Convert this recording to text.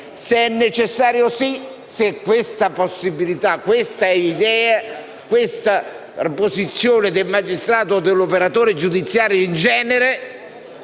Era necessario se questa possibilità, questa idea, questa posizione del magistrato e dell'operatore giudiziario in genere